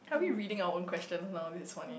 are we reading our own questions now it's funny